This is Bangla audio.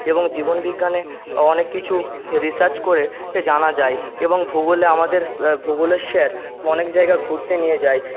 এবং জীবনবিজ্ঞানে অনেক কিছু এ রিসার্চ করে এ জানা যায় এবং ভূগোলে আমাদের ভূগোলের স্যার অনেক জায়গা ঘুরতে নিয়ে যায়